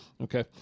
Okay